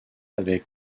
avec